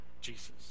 Jesus